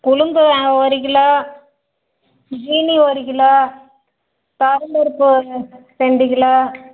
உளுந்து ஒரு கிலோ சீனி ஒரு கிலோ துவரம் பருப்பு ஒரு ரெண்டு கிலோ